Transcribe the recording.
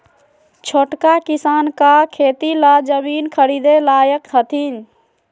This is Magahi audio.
छोटका किसान का खेती ला जमीन ख़रीदे लायक हथीन?